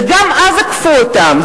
וגם אז עקפו אותם,